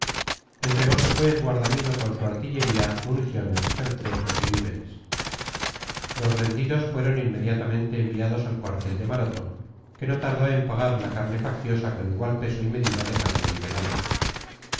todo extremo entregose pues guardamino con su artillería municiones pertrechos y víveres los rendidos fueron inmediatamente enviados al cuartel de maroto que no tardó en pagar la carne facciosa con igual peso y medida de carne liberal